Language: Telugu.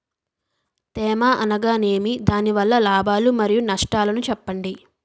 తేమ అనగానేమి? దాని వల్ల లాభాలు మరియు నష్టాలను చెప్పండి?